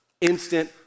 instant